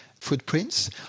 footprints